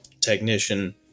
technician